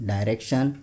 Direction